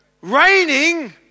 Raining